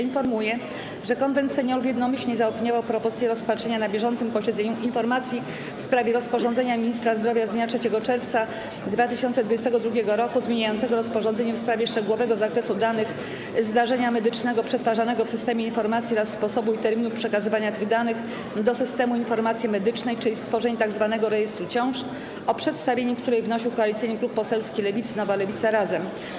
Informuję, że Konwent Seniorów jednomyślnie zaopiniował propozycję rozpatrzenia na bieżącym posiedzeniu informacji w sprawie rozporządzenia ministra zdrowia z dnia 3 czerwca 2022 r. zmieniającego rozporządzenie w sprawie szczegółowego zakresu danych zdarzenia medycznego przetwarzanego w systemie informacji oraz sposobu i terminów przekazywania tych danych do Systemu Informacji Medycznej, czyli tworzenia tzw. rejestru ciąż, o przedstawienie której wnosił Koalicyjny Klub Poselski Lewicy (Nowa Lewica, Razem)